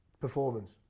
performance